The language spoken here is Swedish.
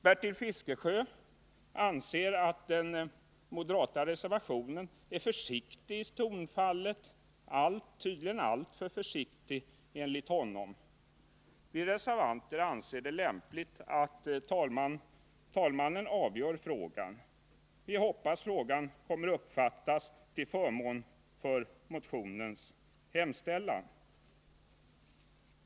Bertil Fiskesjö anser att den moderata reservationen är försiktig i tonfallet, tydligen alltför försiktig. Vi reservanter anser det lämpligt att talmannen avgör frågan. Därför hoppas vi att motionen vinner kammarens gehör.